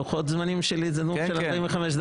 לוחות הזמנים שלי הם נאום של 45 דקות.